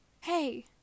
hey